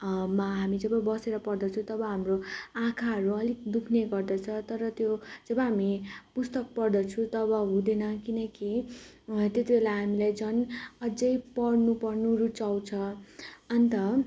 मा हामी जब बसेर पढ्दछौँ तब हाम्रो आँखाहरू अलिक दुःख्ने गर्दछ तर त्यो जब हामी पुस्तक पढ्दछौँ तब हुँदैन किनकि त्यति बेला हामीलाई झन् अझ पढ्नु पढ्नु रुचाउँछ अन्त